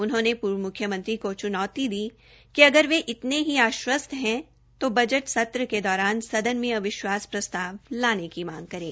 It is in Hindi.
उनहोंने पूर्व मुख्यमंत्री को चुनौती दी कि अगर वे इतने ही आश्वस्त है तो बजट सत्र के दौरान सदन में अविश्वास प्रस्ताव लाने की मांग करें